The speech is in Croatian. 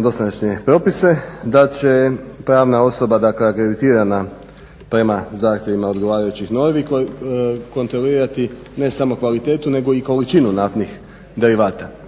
dosadašnje propise, da će pravna osoba dakle akreditirana prema zahtjevima odgovarajućih normi kontrolirati ne samo kvalitetu nego i količinu naftnih derivata.